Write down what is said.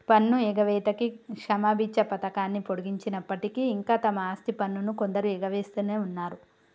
పన్ను ఎగవేతకి క్షమబిచ్చ పథకాన్ని పొడిగించినప్పటికీ ఇంకా తమ ఆస్తి పన్నును కొందరు ఎగవేస్తునే ఉన్నరు